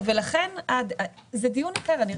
לגבי הפערים בתחזית?